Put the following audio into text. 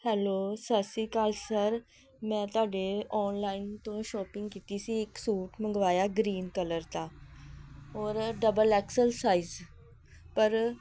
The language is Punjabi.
ਹੈਲੋ ਸਤਿ ਸ਼੍ਰੀ ਅਕਾਲ ਸਰ ਮੈਂ ਤੁਹਾਡੇ ਓਨਲਾਈਨ ਤੋਂ ਸ਼ੋਪਿੰਗ ਕੀਤੀ ਸੀ ਇੱਕ ਸੂਟ ਮੰਗਵਾਇਆ ਗਰੀਨ ਕਲਰ ਦਾ ਔਰ ਡਬਲ ਐਕਸਲ ਸਾਈਜ਼ ਪਰ